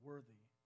worthy